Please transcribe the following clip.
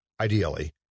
ideally